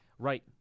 Right